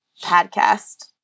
podcast